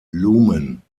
lumen